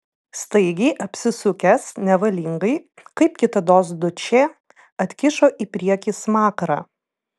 staigiai apsisukęs nevalingai kaip kitados dučė atkišo į priekį smakrą